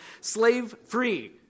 slave-free